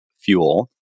fuel